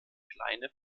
kleine